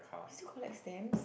still collect stamps